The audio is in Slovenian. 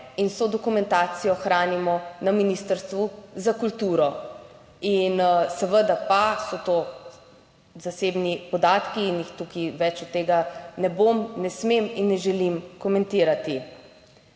in vso dokumentacijo hranimo na Ministrstvu za kulturo in seveda pa so to zasebni podatki in jih tukaj več od tega ne bom, ne smem in ne želim komentirati.